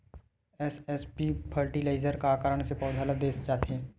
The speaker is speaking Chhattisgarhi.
एस.एस.पी फर्टिलाइजर का कारण से पौधा ल दे जाथे?